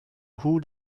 who